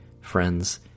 friends